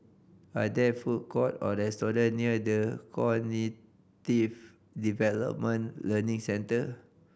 are there food court or restaurant near The Cognitive Development Learning Centre